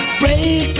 break